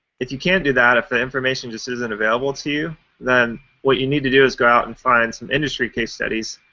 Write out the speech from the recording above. if you can't do that, if the information just isn't available to you, then what you need to do is go out and find some industry case studies.